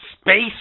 space